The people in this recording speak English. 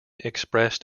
expressed